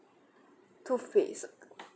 two faced